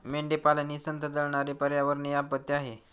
मेंढीपालन ही संथ जळणारी पर्यावरणीय आपत्ती आहे